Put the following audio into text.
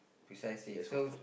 precisely so to